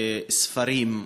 ספרים,